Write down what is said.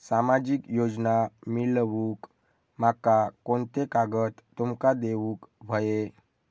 सामाजिक योजना मिलवूक माका कोनते कागद तुमका देऊक व्हये?